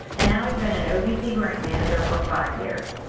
and now i've been an ovc grant manager for five years.